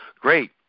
Great